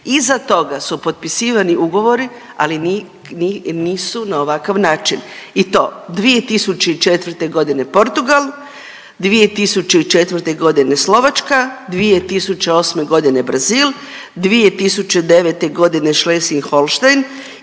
iza toga su potpisivani ugovori, ali nisu na ovakav način i to 2004.g. Portugal, 2004.g. Slovačka, 2008.g. Brazil, 2009.g. Schleswig-Holstein